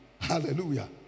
Hallelujah